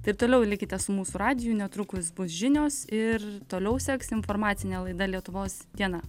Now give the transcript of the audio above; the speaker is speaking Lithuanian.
tai ir toliau likite su mūsų radiju netrukus bus žinios ir toliau seks informacinė laida lietuvos diena